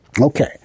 Okay